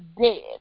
dead